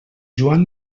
joan